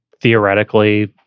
theoretically